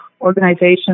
organization